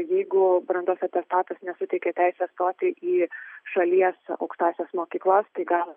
jeigu brandos atestatas nesuteikia teisės stoti į šalies aukštąsias mokyklas tai gal